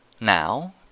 Now